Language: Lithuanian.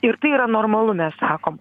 ir tai yra normalu mes sakom